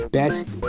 best